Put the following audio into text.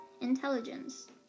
intelligence